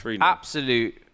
Absolute